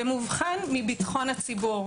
במובחן מביטחון הציבור.